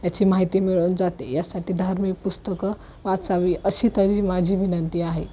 याची माहिती मिळून जाते यासाठी धार्मिक पुस्तकं वाचावी अशी त माझी विनंती आहे